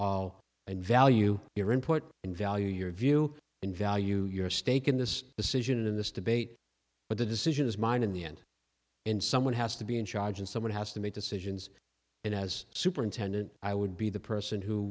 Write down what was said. all and value your input and value your view and value your stake in this decision in this debate but the decision is mine in the end and someone has to be in charge and someone has to make decisions and as superintendent i would be the person who